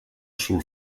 sul